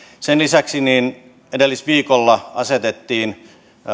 sen lisäksi edellisviikolla asetettiin